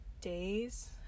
days